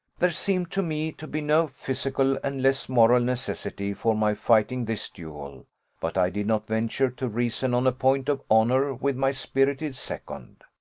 there seemed to me to be no physical and less moral necessity for my fighting this duel but i did not venture to reason on a point of honour with my spirited second.